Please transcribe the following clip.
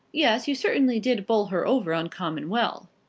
yes you certainly did bowl her over uncommon well.